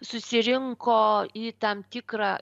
susirinko į tam tikrą